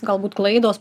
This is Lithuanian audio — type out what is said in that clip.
galbūt klaidos